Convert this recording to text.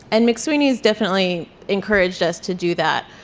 and mcsweeney's definitely encouraged us to do that.